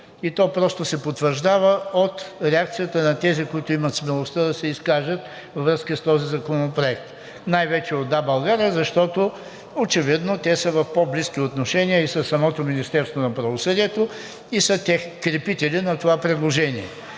и то просто се потвърждава от реакцията на тези, които имат смелостта да се изкажат във връзка с този законопроект, най-вече от „Да, България“, защото очевидно те са в по-близки отношения и със самото Министерство на правосъдието и са крепители на това предложение.